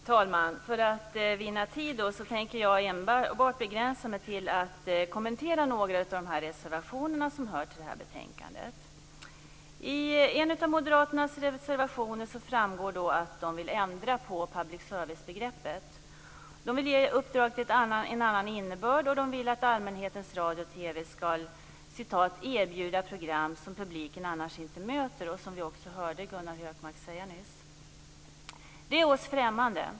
Herr talman! För att vinna tid tänker jag begränsa mig till att enbart kommentera några av de reservationer som hör till betänkandet. I en av Moderaternas reservationer framgår att de vill ändra på public service-begreppet. De vill ge uppdraget en annan innebörd, och de vill att allmänhetens radio och TV skall "- erbjuda program som publiken annars inte möter -". Det hörde vi ju också Gunnar Hökmark säga nyss. Det är oss främmande.